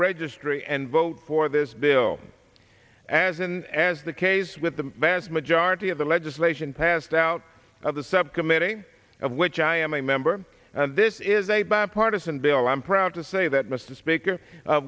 registry and vote for this bill as and as the case with the vast majority of the legislation passed out of the subcommittee of which i am a member this is a bipartisan bill i'm proud to say that